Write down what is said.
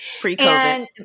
Pre-COVID